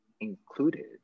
included